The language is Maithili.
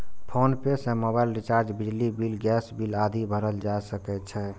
फोनपे सं मोबाइल रिचार्ज, बिजली बिल, गैस बिल आदि भरल जा सकै छै